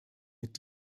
mit